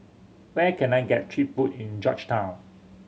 where can I get cheap food in Georgetown